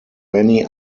many